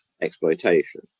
exploitation